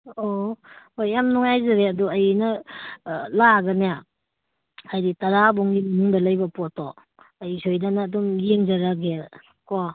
ꯑꯣ ꯍꯣꯏ ꯌꯥꯝ ꯅꯨꯡꯉꯥꯏꯖꯔꯦ ꯑꯗꯣ ꯑꯩꯅ ꯂꯥꯛꯑꯒꯅꯦ ꯍꯥꯏꯗꯤ ꯇꯔꯥꯕꯣꯛꯀꯤ ꯃꯅꯨꯡꯗ ꯂꯩꯕ ꯄꯣꯠꯇꯣ ꯑꯩ ꯁꯣꯏꯗꯅ ꯑꯗꯨꯝ ꯌꯦꯡꯖꯔꯒꯦ ꯀꯣ